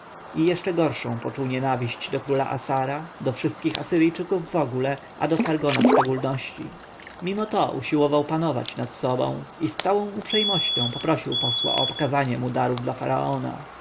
i jeszcze gorszą poczuł nienawiść do króla assara do wszystkich asyryjczyków wogóle a do sargona w szczególności mimo to usiłował panować nad sobą i z całą uprzejmością poprosił posła o pokazanie mu darów dla faraona